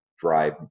drive